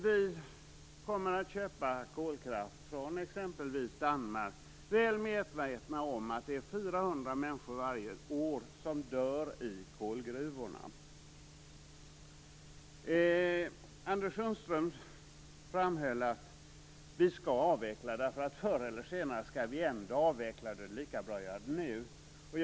Vi kommer att köpa kolkraft från exempelvis Danmark, väl medvetna om att 400 människor varje år dör i kolgruvorna. Anders Sundström framhöll att vi skall avveckla därför att vi förr eller senare ändå skall avveckla kärnkraften, och då är det lika bra att göra det nu.